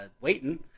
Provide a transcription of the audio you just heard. waiting